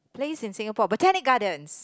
place in Singapore Botanic-Gardens